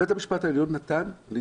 בית המשפט העליון אסר